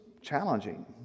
challenging